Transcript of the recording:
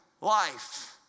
life